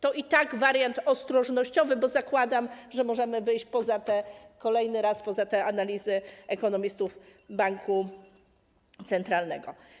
To i tak wariant ostrożnościowy, bo zakładam, że możemy wyjść kolejny raz poza te analizy ekonomistów banku centralnego.